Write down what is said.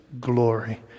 glory